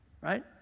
right